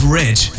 rich